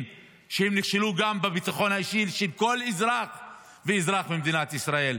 שהם נכשלו גם בביטחון האישי של כל אזרח ואזרח במדינת ישראל.